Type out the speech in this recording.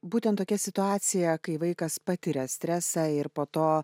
būtent tokia situacija kai vaikas patiria stresą ir po to